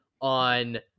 on